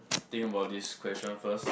think about this question first